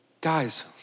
Guys